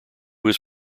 was